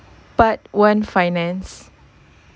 part one finance